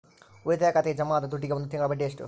ಉಳಿತಾಯ ಖಾತೆಗೆ ಜಮಾ ಆದ ದುಡ್ಡಿಗೆ ಒಂದು ತಿಂಗಳ ಬಡ್ಡಿ ಎಷ್ಟು?